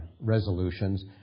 resolutions